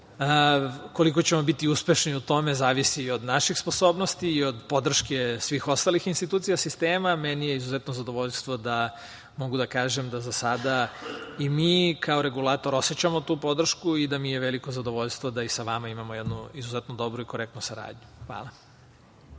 Koliko ćemo biti uspešni u tome zavisi od naših sposobnosti i od podrške svih ostalih institucija sistema. Meni je izuzetno zadovoljstvo da mogu da kažem da za sada i mi kao regulator osećamo tu podršku i da mi je veliko zadovoljstvo da i sa vama imamo jednu izuzetno dobru i korektnu saradnju. Hvala.